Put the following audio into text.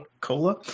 cola